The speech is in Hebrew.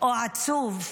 או עצוב.